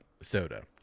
soda